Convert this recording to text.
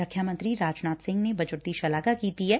ਰੱਖਿਆ ਮੰਤਰੀ ਰਾਜਨਾਥ ਸਿੰਘ ਨੇ ਬਜਟ ਦੀ ਸ਼ਲਾਘਾ ਕੀਤੀ ਐ